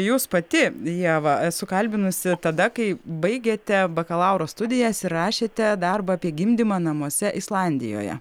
jūs pati ieva esu kalbinusi tada kai baigėte bakalauro studijas ir rašėte darbą apie gimdymą namuose islandijoje